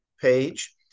page